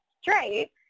straight